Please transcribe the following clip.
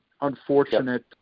Unfortunate